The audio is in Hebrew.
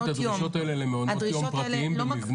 צריך להתאים את הדרישות האלה למעונות יום פרטיים במבנה